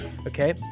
okay